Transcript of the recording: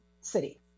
city